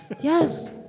Yes